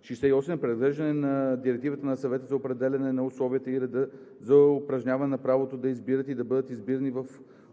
68. Преразглеждане на Директивата на Съвета за определяне на условията и реда за упражняване на правото да избират и да бъдат избирани в